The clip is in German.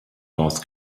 north